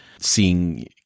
seeing